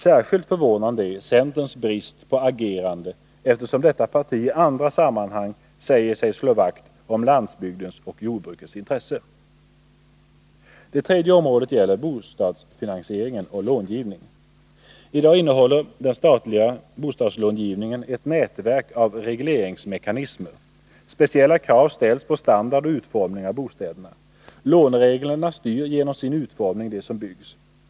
Särskilt förvånande är centerns brist på agerande, eftersom detta parti i andra sammanhang säger sig slå vakt om landsbygdens och jordbrukets intressen. Det tredje området gäller bostadsfinansieringen och långivning. I dag innehåller den statliga bostadslångivningen ett nätverk av regleringsmekanismer. Speciella krav ställs på standard och utformning av bostäderna. Lånereglerna styr genom sin utformning det som byggs.